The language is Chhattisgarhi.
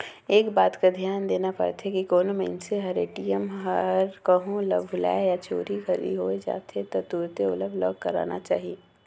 एक बात कर धियान देना परथे की कोनो मइनसे हर ए.टी.एम हर कहों ल भूलाए या चोरी घरी होए जाथे त तुरते ओला ब्लॉक कराना चाही